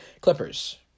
Clippers